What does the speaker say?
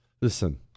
Listen